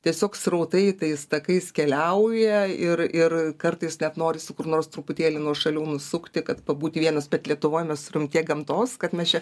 tiesiog srautai tais takais keliauja ir ir kartais net norisi kur nors truputėlį nuošaliau nusukti kad pabūti vienas bet lietuvoj mes turim tiek gamtos kad mes čia